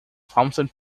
thompson